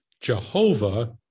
Jehovah